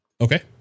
Okay